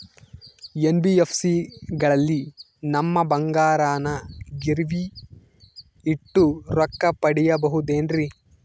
NBFC ಗಳಲ್ಲಿ ನಮ್ಮ ಬಂಗಾರನ ಗಿರಿವಿ ಇಟ್ಟು ರೊಕ್ಕ ಪಡೆಯಬಹುದೇನ್ರಿ?